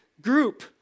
group